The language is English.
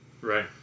Right